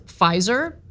Pfizer